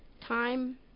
Time